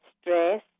stress